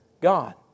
God